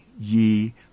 ye